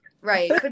Right